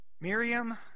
Miriam